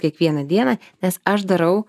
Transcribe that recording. kiekvieną dieną nes aš darau